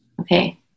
okay